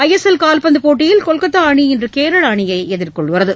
ISL கால்பந்து போட்டியில் கொல்கத்தா அணி இன்று கேரள அணியை எதிர்கொள்கிறது